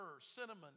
cinnamon